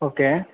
okay